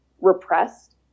repressed